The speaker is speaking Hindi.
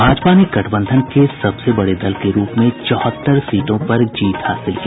भाजपा ने गठबंधन के सबसे बड़े दल के रूप में चौहत्तर सीटों पर जीत हासिल की